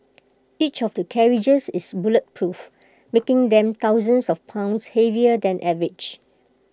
each of the carriages is bulletproof making them thousands of pounds heavier than average